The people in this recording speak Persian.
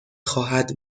خواهد